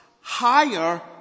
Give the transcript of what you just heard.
higher